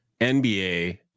NBA